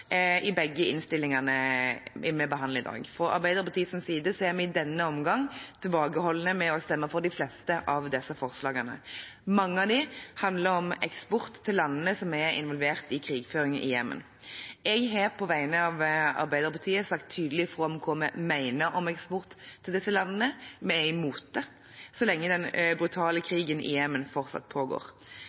side er vi i denne omgang tilbakeholdne med å stemme for de fleste av disse forslagene. Mange av dem handler om eksport til landene som er involvert i krigføring i Jemen. Jeg har på vegne av Arbeiderpartiet sagt tydelig fra om hva vi mener om eksport til disse landene – vi er imot det, så lenge den brutale krigen i Jemen fortsatt pågår.